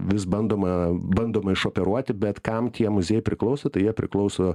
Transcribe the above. vis bandoma bandoma išoperuoti bet kam tie muziejai priklauso tai jie priklauso